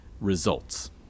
results